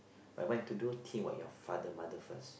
whatever you want to do think about your mother father first